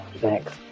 thanks